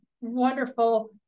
wonderful